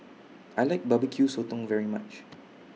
I like B B Q Sotong very much